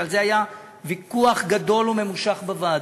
ועל זה היה ויכוח גדול וממושך בוועדה,